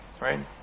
right